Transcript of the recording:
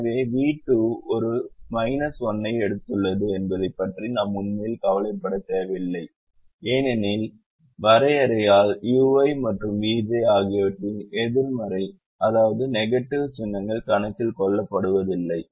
எனவே v2 ஒரு 1 ஐ எடுத்துள்ளது என்பதை பற்றி நாம் உண்மையில் கவலைப்பட தேவையில்லை ஏனெனில் வரையறையால் ui மற்றும் vj ஆகியவற்றின் எதிர்மறை நெகடிவ் சின்னங்கள் கணக்கில் கொள்ளப்படுவதில்லை